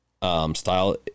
style